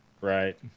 Right